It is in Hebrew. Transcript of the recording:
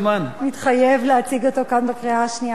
וחבר הכנסת חיים כץ מתחייב להציג אותו כאן לקריאה השנייה והשלישית.